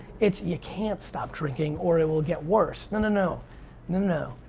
it's you can't stop drinking, or it will get worse. and no no no